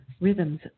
rhythms